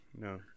no